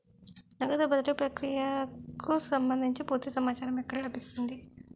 నగదు బదిలీ ప్రక్రియకు సంభందించి పూర్తి సమాచారం ఎక్కడ లభిస్తుంది?